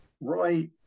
Roy